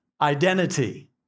identity